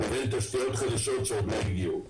לבין תשתיות חדשות שעוד לא הגיעו.